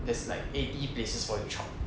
there's like eighty places for you to chop